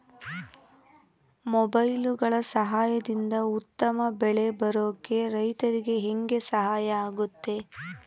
ಮೊಬೈಲುಗಳ ಸಹಾಯದಿಂದ ಉತ್ತಮ ಬೆಳೆ ಬರೋಕೆ ರೈತರಿಗೆ ಹೆಂಗೆ ಸಹಾಯ ಆಗುತ್ತೆ?